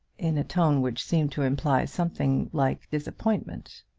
in a tone which seemed to imply something like disappointment.